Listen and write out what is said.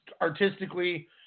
artistically